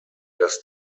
dass